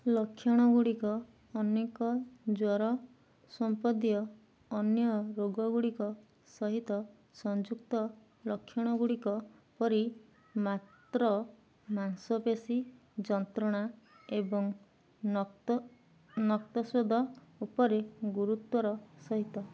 ଲକ୍ଷଣ ଗୁଡ଼ିକ ଅନେକ ଜ୍ୱର ସମ୍ବନ୍ଧୀୟ ଅନ୍ୟ ରୋଗ ଗୁଡ଼ିକ ସହିତ ସଂଯୁକ୍ତ ଲକ୍ଷଣ ଗୁଡ଼ିକ ପରି ମାତ୍ର ମାଂସପେଶୀ ଯନ୍ତ୍ରଣା ଏବଂ ନକ୍ତସ୍ଵେଦ ଉପରେ ଗୁରୁତ୍ୱର ସହିତ